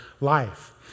life